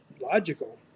logical